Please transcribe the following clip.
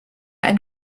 ein